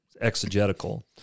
exegetical